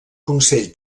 consell